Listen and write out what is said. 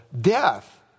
death